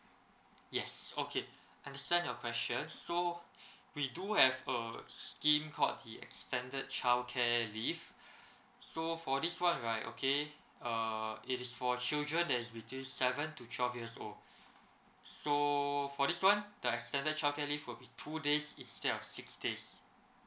yes okay understand your question so we do have a scheme called the extended childcare leave so for this one right okay uh it is for children that is between seven to twelve years old so for this one the extended childcare leave will be two days instead of six days